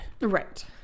Right